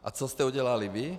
A co jste udělali vy?